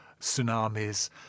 tsunamis